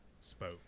spoke